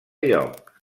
lloc